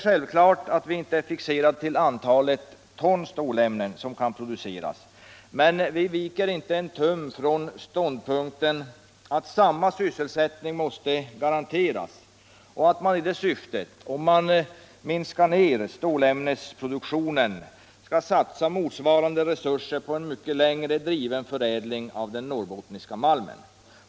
Självklart är vi inte fixerade till antalet ton stålämnen som kan produceras, men vi viker inte en tum från ståndpunkten att samma sysselsättning måste garanteras och att man i det syftet, om man minskar ner stålämnesproduktionen, skall satsa motsvarande resurser på en mycket längre driven förädling av den norrbottniska malmen.